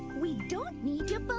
we don't need your but